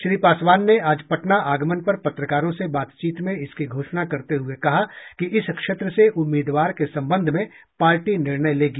श्री पासवान ने आज पटना आगमन पर पत्रकारों से बातचीत में इसकी घोषणा करते हुए कहा कि इस क्षेत्र से उम्मीदवार के संबंध में पार्टी निर्णय लेगी